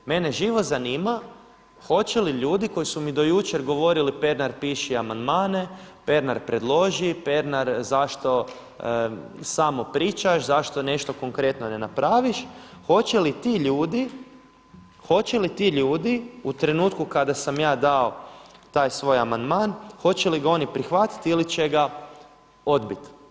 Mene živo zanima hoće li ljudi koji su mi do jučer govorili Pernar piši amandmane, Pernar predloži, Pernar zašto samo pričaš, zašto nešto konkretno ne napraviš hoće li ti ljudi u trenutku kada sam ja dao taj svoj amandman hoće li ga oni prihvatiti ili će ga odbiti.